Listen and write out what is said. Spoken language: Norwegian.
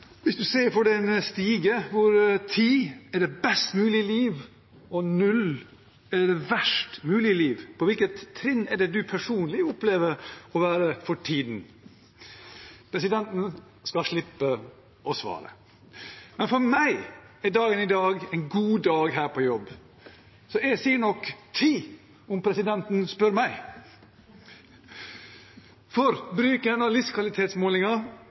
best mulige liv og null er det verst mulige liv, på hvilket trinn er det presidenten personlig opplever å være for tiden? Presidenten skal slippe å svare. Men for meg er dagen i dag en god dag her på jobb, så jeg sier nok ti om presidenten spør meg. Bruken av